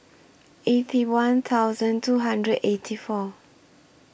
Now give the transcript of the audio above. A C one thousand two hundred and eighty four